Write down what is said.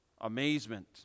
amazement